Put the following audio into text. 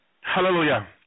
Hallelujah